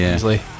Easily